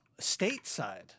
stateside